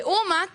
לעומת